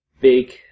big